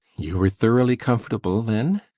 you were thoroughly comfortable then?